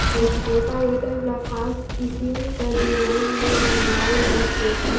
rotavator ल खास किसम कर डिजईन में बनाल गइसे